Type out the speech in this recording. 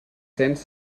cents